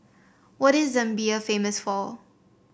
what is Zambia famous for